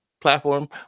platform